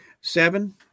Seven